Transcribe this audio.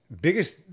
biggest